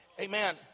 Amen